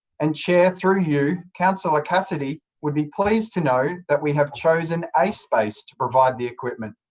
and chair, through you, councillor cassidy would be pleased to know that we have chosen a space to provide the equipment.